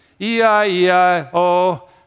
E-I-E-I-O